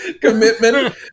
...commitment